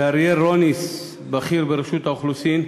ושל אריאל רוניס, בכיר ברשות האוכלוסין,